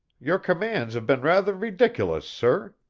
your commands have been rather ridiculous, sir.